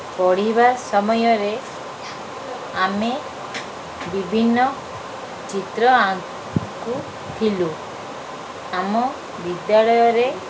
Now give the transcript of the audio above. ପଢ଼ିବା ସମୟରେ ଆମେ ବିଭିନ୍ନ ଚିତ୍ର ଆଙ୍କୁଥିଲୁ ଆମ ବିଦ୍ୟାଳୟରେ